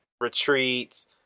retreats